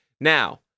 Now